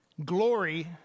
Glory